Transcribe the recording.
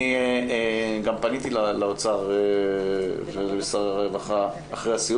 אני גם פניתי לאוצר ולשר הרווחה אחרי הסיור